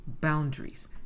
boundaries